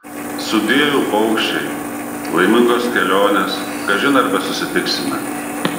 sudieu paukščiai laimingos kelionės kažin ar besusitiksime